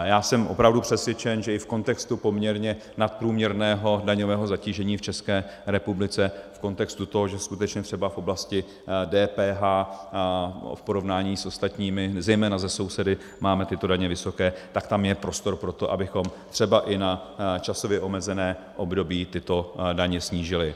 Já jsem opravdu přesvědčen, že i v kontextu poměrně nadprůměrného daňového zatížení v České republice, v kontextu toho, že skutečně třeba v oblasti DPH v porovnání s ostatními, zejména se sousedy, máme tyto daně vysoké, tak tam je prostor pro to, abychom třeba i na časově omezené období tyto daně snížili.